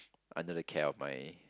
under the care of my